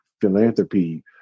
philanthropy